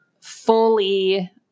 fully